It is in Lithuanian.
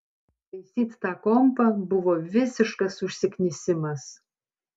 taisyt tą kompą buvo visiškas užsiknisimas